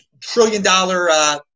trillion-dollar